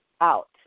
out